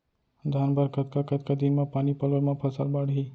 धान बर कतका कतका दिन म पानी पलोय म फसल बाड़ही?